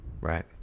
Right